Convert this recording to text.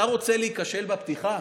אתה רוצה להיכשל בפתיחה?